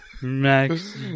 Max